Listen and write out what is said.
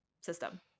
system